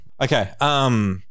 Okay